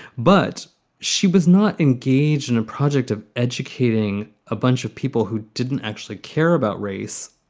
but she was not engaged in a project of educating a bunch of people who didn't actually care about race,